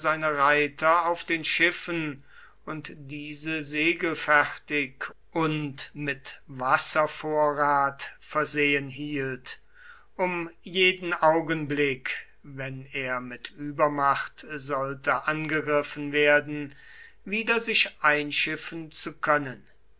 reiter auf den schiffen und diese segelfertig und mit wasservorrat versehen hielt um jeden augenblick wenn er mit übermacht sollte angegriffen werden wieder sich einschiffen zu können